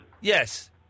Yes